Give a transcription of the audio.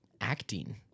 acting